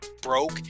broke